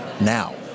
now